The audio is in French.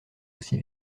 aussi